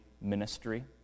ministry